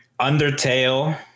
Undertale